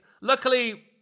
Luckily